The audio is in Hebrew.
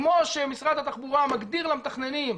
כמו שמשרד התחבורה מגדיר למתכננים,